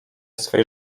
swej